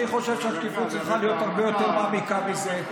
אני חושב שהשקיפות צריכה להיות הרבה יותר מעמיקה מזה.